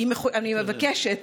אני מבקשת